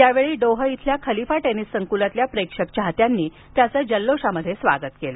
त्यावेळी डोह येथील Khalifa tennis संकुलातील प्रेक्षक चाहत्यांनी त्याचे जल्लोषात स्वागत केले